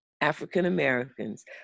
African-Americans